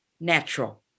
natural